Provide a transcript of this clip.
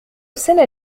السنة